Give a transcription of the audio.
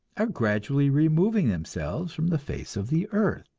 are gradually removing themselves from the face of the earth,